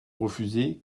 refusez